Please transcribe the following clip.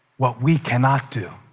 what we cannot do.